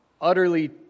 Utterly